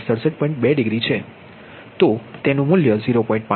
2 ડિગ્રીની બરાબર છે તમને 0